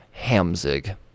Hamzig